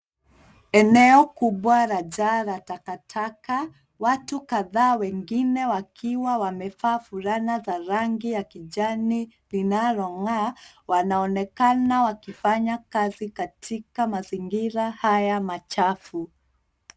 Eneo kubwa lajaa takataka, watu kadhaa wengine wakiwa wamevaa fulana za rangi ya kijani linalong'aa, wanaonekana wakifanya kazi katika mazingira haya machafu.